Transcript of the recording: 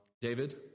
David